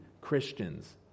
Christians